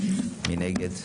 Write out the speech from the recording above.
מי נגד?